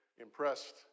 impressed